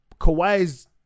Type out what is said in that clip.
Kawhi's